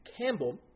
Campbell